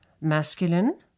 Masculine